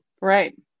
Right